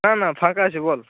না না ফাঁকা আছি বল